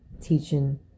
teaching